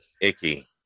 Icky